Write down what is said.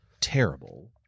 terrible